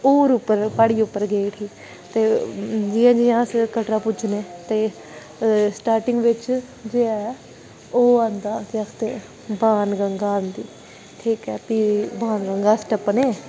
दूर उप्पर प्हाड़ियें पर गेई उठी ते जियां जियां अस कटरा पुज्जने ते स्टार्टिंग बिच्च जे ऐ ओह् आंदा केह् आखदे बाण गंगा औंदी ठीक ऐ फ्ही बाण गंगा अस टप्पने